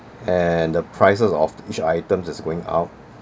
and the prices of each item is going up